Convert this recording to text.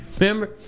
remember